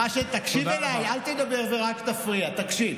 תקשיב אליי, אל תדבר ורק תפריע, תקשיב.